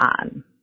on